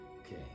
Okay